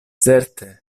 certe